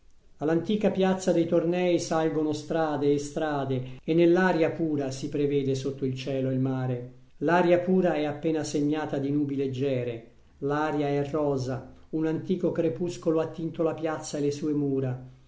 l'antica piazza dei tornei salgono strade e strade e nell'aria pura si prevede sotto il cielo il mare l'aria pura è appena segnata di nubi leggere l'aria è rosa un antico crepuscolo ha tinto la piazza e le sue mura